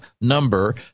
number